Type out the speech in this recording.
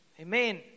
Amen